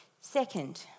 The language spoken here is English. Second